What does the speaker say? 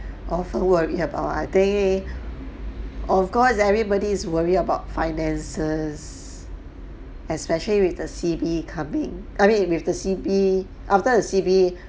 often worry about I think of course everybody is worry about finances especially with the C_B coming I mean with the C_B after the C_B